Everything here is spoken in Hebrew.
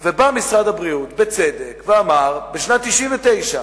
בא משרד הבריאות בשנת 1999,